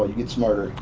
ah get smarter.